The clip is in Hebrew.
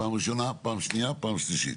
פעם ראשונה, פעם שנייה, פעם שלישית?